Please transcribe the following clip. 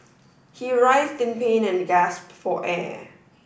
he write in pain and gasp for air